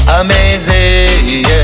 amazing